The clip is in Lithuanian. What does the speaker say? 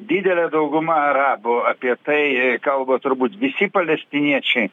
didelė dauguma arabų apie tai kalba turbūt visi palestiniečiai